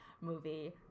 movie